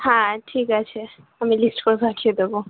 হ্যাঁ ঠিক আছে আমি লিস্ট করে পাঠিয়ে দেবো